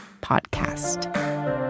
Podcast